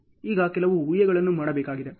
ಈಗ ಕೆಲವು ಊಹೆಗಳನ್ನು ಮಾಡಬೇಕಾಗಿದೆ